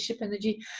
energy